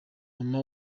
mama